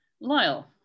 Lyle